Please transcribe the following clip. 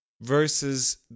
Versus